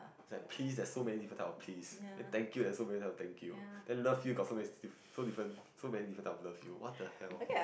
it's like please there's so many different type of please thank you there's so many different type of thank you then love you got so many so different so many different type of love you what the hell